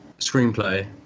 screenplay